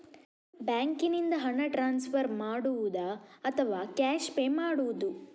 ಬ್ಯಾಂಕಿನಿಂದ ಹಣ ಟ್ರಾನ್ಸ್ಫರ್ ಮಾಡುವುದ ಅಥವಾ ಕ್ಯಾಶ್ ಪೇ ಮಾಡುವುದು?